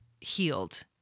healed